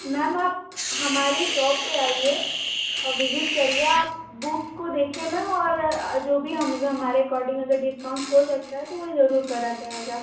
ma'am आप हमारे shop पर आइए विजिट करिए आप बुक्स को देखिए मैम और जो भी हम मतलब हमारे अकॉर्डिंग अगर डिकॉउन्ट हो सकता है तो वो ज़रूर करा जाएगा